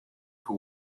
who